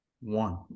one